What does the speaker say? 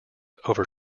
over